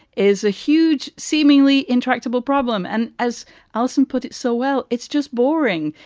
is a huge, seemingly intractable problem. and as alison put it so well, it's just boring.